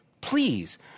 please